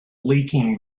leaking